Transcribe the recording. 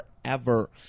forever